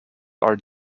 are